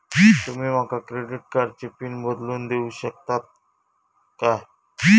तुमी माका क्रेडिट कार्डची पिन बदलून देऊक शकता काय?